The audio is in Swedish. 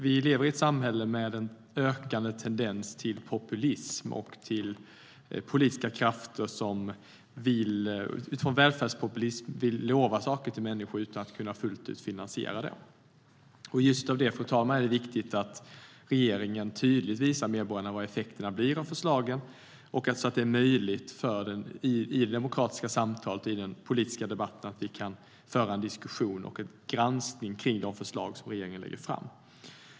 Vi lever i ett samhälle med en ökande tendens till välfärdspopulism och till ökade politiska krafter som vill lova saker till människor utan att man fullt kan finansiera det. Just för det är det viktigt att regeringen tydligt visar medborgarna vad effekterna blir av förslagen och att vi i demokratiska samtal i den politiska debatten kan föra en diskussion och granska de förslag som regeringen lägger fram.